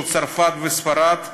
של צרפת וספרד,